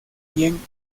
quien